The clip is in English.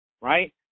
right